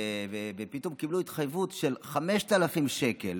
ופתאום קיבלו התחייבות של 5,000 שקל,